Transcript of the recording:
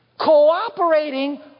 cooperating